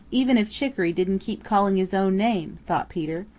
even if chicoree didn't keep calling his own name, thought peter.